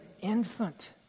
infant